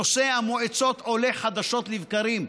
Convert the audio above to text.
נושא המועצות עולה חדשות לבקרים,